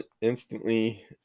instantly